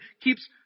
keeps